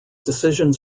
decisions